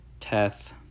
Teth